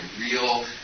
real